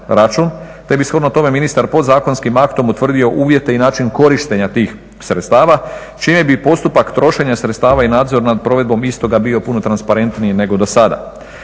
te bi shodno tome ministar podzakonskim aktom utvrdio uvjete i način korištenja tih sredstava čime bi postupak trošenja sredstava i nadzor nad provedbom istoga bio puno transparentniji nego do sada.